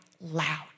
loud